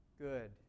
Good